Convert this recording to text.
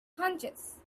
hunches